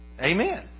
Amen